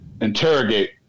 interrogate